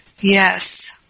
Yes